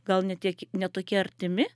gal ne tiek ne tokie artimi